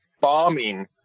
bombing